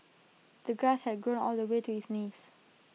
the grass had grown all the way to his knees